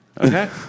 okay